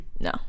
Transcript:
No